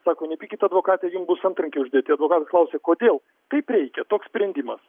sako nepykit advokate jum bus antrankiai uždėti advokatas klausia kodėl taip reikia toks sprendimas